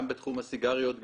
גם בתחום הסיגריות,